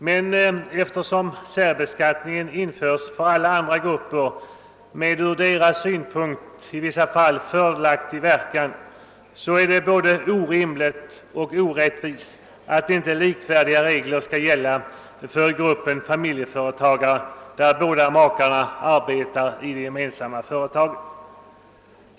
Men eftersom särbeskattning införts för alla andra grupper med från deras synpunkt fördelaktig verkan i vissa fall förefaller det både orimligt och orättvist att inte likvärdiga regler skall gälla för gruppen familjeföretagare där båda makarna arbetar i det gemensamma företaget.